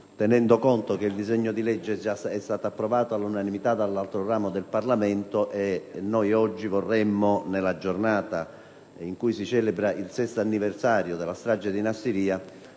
tenendo conto che il disegno di legge è già stato approvato all'unanimità dall'altro ramo del Parlamento e noi oggi vorremmo, nella giornata cui si celebra il Sesto anniversario della strage di Nassiriya,